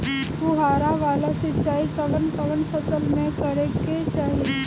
फुहारा वाला सिंचाई कवन कवन फसल में करके चाही?